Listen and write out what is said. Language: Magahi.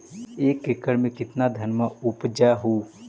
एक एकड़ मे कितना धनमा उपजा हू?